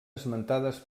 esmentades